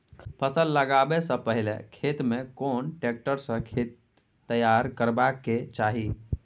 फसल लगाबै स पहिले खेत में कोन ट्रैक्टर स खेत तैयार करबा के चाही?